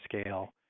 scale